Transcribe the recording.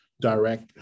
Direct